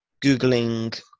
Googling